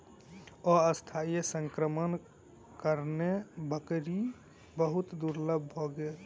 अस्थायी संक्रमणक कारणेँ बकरी बहुत दुर्बल भ गेल